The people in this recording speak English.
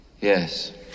Yes